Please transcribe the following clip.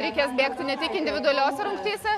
reikės bėgti ne tik individualiose rungtyse